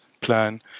plan